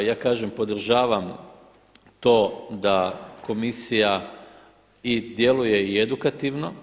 Ja kažem, podržavam to da Komisija djeluje i edukativno.